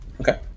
Okay